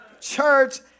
church